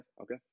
okay